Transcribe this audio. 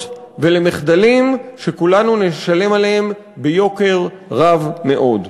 ולמחדלים שכולנו נשלם עליהם ביוקר רב מאוד.